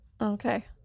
Okay